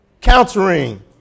Countering